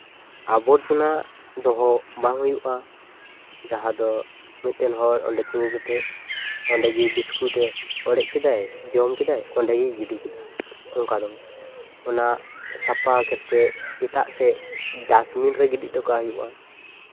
ᱟᱵᱚᱨᱡᱚᱱᱟ ᱫᱚᱦᱚ ᱵᱟᱝ ᱦᱩᱭᱩᱜᱼᱟ ᱡᱟᱦᱟᱸ ᱫᱚ ᱢᱤᱫᱴᱮᱱ ᱦᱚᱲ ᱚᱸᱰᱮ ᱛᱤᱜᱩ ᱠᱟᱛᱮ ᱚᱰᱮᱜᱮ ᱵᱤᱥᱠᱩᱴ ᱮ ᱚᱲᱮᱡ ᱠᱮᱫᱟᱭ ᱡᱚᱢ ᱠᱮᱫᱟᱭ ᱚᱸᱰᱮᱜᱮ ᱜᱤᱰᱤ ᱠᱮᱫᱟ ᱚᱱᱠᱟ ᱫᱚ ᱵᱟᱝ ᱚᱱᱟ ᱥᱟᱯᱷᱟ ᱠᱟᱛᱮ ᱮᱴᱟᱜ ᱥᱮᱫ ᱰᱟᱥᱴᱵᱤᱱ ᱨᱮ ᱜᱤᱰᱤ ᱦᱚᱴᱚ ᱦᱩᱭᱩᱜᱼᱟ